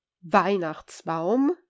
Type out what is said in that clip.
Weihnachtsbaum